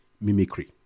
mimicry